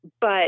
But-